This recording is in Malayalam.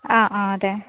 ആ ആ അതെ